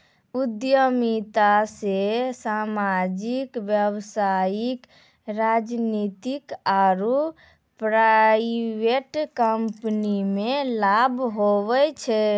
उद्यमिता से सामाजिक व्यवसायिक राजनीतिक आरु प्राइवेट कम्पनीमे लाभ हुवै छै